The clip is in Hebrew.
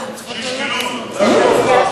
כי הם טוענים, אין.